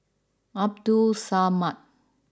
Abdul Samad